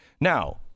Now